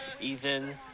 Ethan